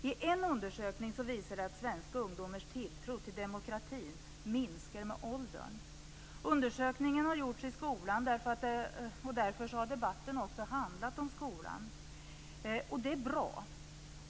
I en undersökning visas att svenska ungdomars tilltro till demokratin minskar ju äldre de blir. Undersökningen har gjorts i skolan, och därför har debatten också handlat om skolan. Det är bra.